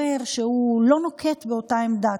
אומר שהוא לא נוקט את אותה עמדה.